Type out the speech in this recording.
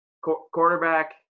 Quarterback